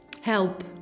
help